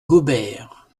gobert